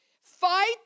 Fight